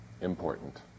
important